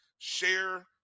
Share